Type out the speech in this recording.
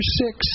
six